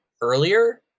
earlier